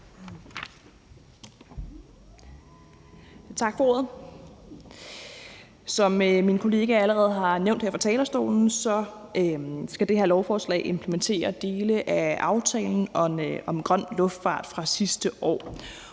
Tak for ordet. Som min kollega allerede har nævnt her fra talerstolen, skal det her lovforslag implementere dele af aftalen om grøn luftfart fra sidste år.